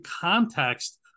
context